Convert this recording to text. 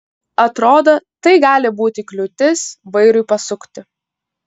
atrodo tai gali būti kliūtis vairui pasukti